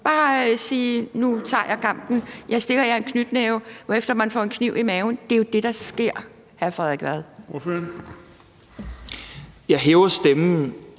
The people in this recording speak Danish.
bare sige, at nu tager de kampen og stikker en knytnæve, hvorefter de får en kniv i maven? Det er jo det, der sker, hr. Frederik Vad. Kl. 11:43 Den